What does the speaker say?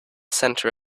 center